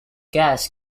gas